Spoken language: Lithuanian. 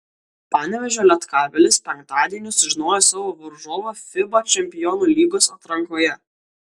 panevėžio lietkabelis penktadienį sužinojo savo varžovą fiba čempionų lygos atrankoje